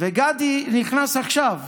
וגדי נכנס עכשיו,